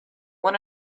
one